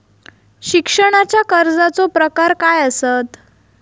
शिक्षणाच्या कर्जाचो प्रकार काय आसत?